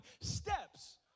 steps